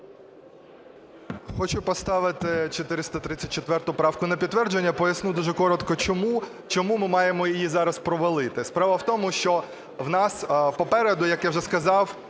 Хочу поставити 434 правку на підтвердження. Поясню дуже коротко, чому ми маємо її зараз провалити. Справа в тому, що в нас попереду, як я вже сказав,